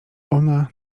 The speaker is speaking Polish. ona